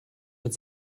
mit